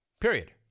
Period